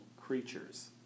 creatures